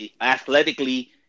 athletically